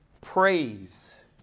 Praise